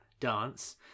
Dance